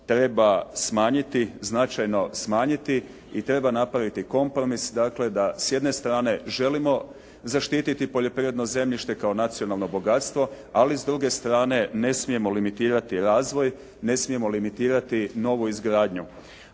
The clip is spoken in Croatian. treba smanjiti, značajno smanjiti i treba napraviti kompromis da s jedne strane želimo zaštiti poljoprivredno zemljište kao nacionalno bogatstvo, ali s druge strane ne smijemo limitirati razvoj, ne smijemo limitirati novu izgradnju.